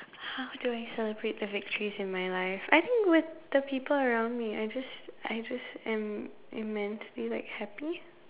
how do I celebrate the victories in my life I think with the people around me I just I just am immensely like happy